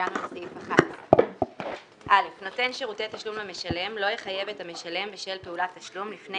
הגענו לסעיף 11. "המועד לחיוב המשלם בשל פעולת תשלום נותן